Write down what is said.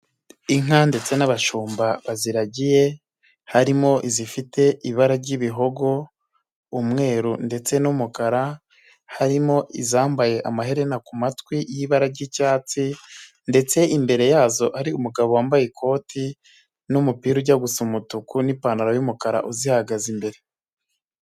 Inka ndetse n'abashumba baziragiye, harimo izifite ibara ry'ibihogo, umweru ndetse n'umukara, harimo izambaye amaherena ku matwi y'ibara ry'icyatsi ndetse imbere yazo hari umugabo wambaye ikoti n'umupira ujya gusa umutuku ndetse n'ipantaro y'umukara uzihagaze imbere.